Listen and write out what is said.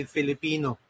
Filipino